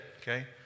okay